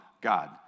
God